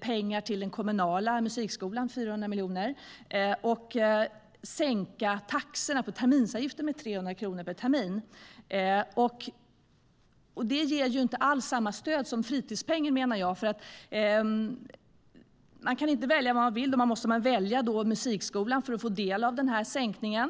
pengar på den kommunala musikskolan, dit de vill anslå 400 miljoner, och sänka terminsavgifterna med 300 kronor per termin. Det ger inte alls samma stöd som fritidspengen, menar jag. Med Socialdemokraternas förslag kan man inte välja vad man vill. Man måste välja musikskolan för att få del av avgiftssänkningen.